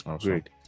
great